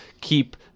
keep